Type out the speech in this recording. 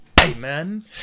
Amen